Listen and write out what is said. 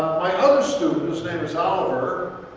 my other student, his name is oliver.